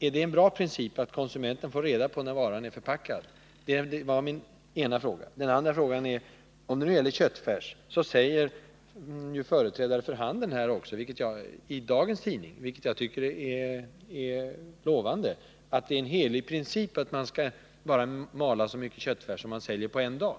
en bra princip att konsumenten får reda på när varan är förpackad? — Det var min ena fråga. Företrädare för handeln säger i dagens tidning — vilket jag tycker är lovande —att det är en helig princip att man bara skall mala så mycket köttfärs som man kan sälja på en dag.